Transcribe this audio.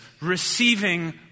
receiving